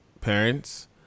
parents